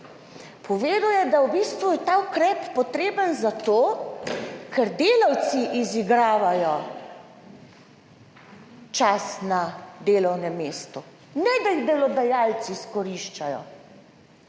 Povedal je, da v bistvu je ta ukrep potreben zato, ker delavci izigravajo čas na delovnem mestu, ne da jih delodajalci izkoriščajo,